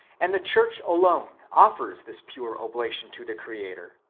and the church alone offers this pure oblation to the creator,